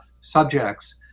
subjects